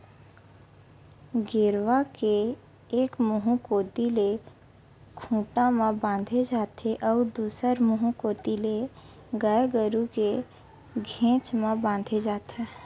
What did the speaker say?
गेरवा के एक मुहूँ कोती ले खूंटा म बांधे जाथे अउ दूसर मुहूँ कोती ले गाय गरु के घेंच म बांधे जाथे